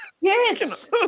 Yes